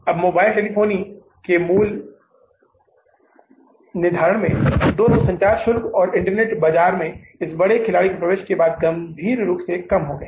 अब mobile telephony के मूल्य निर्धारण में दोनों संचार शुल्क और इंटरनेट बाजार में इस बड़े खिलाड़ी के प्रवेश के बाद गंभीर रूप से कम हो गए हैं